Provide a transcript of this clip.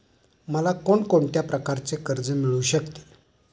मला कोण कोणत्या प्रकारचे कर्ज मिळू शकते?